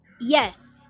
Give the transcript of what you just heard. yes